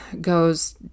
goes